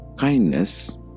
Kindness